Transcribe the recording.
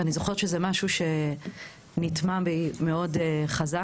אני זוכרת שזה משהו שנטמע בי מאוד חזק.